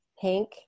pink